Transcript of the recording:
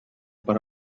para